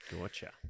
Gotcha